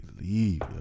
leave